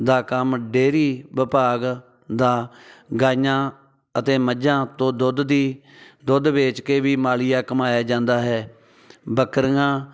ਦਾ ਕੰਮ ਡੇਰੀ ਵਿਭਾਗ ਦਾ ਗਾਈਆਂ ਅਤੇ ਮੱਝਾਂ ਤੋਂ ਦੁੱਧ ਦੀ ਦੁੱਧ ਵੇਚ ਕੇ ਵੀ ਮਾਲੀਆ ਕਮਾਇਆ ਜਾਂਦਾ ਹੈ ਬੱਕਰੀਆਂ